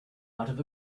out